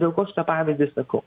dėl ko šitą pavyzdį sakau